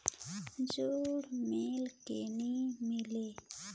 जोणी मीले कि नी मिले?